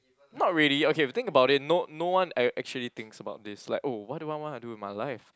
not really okay think about it no no one ac~ actually thinks about this like oh what do I wanna do with my life